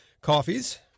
coffees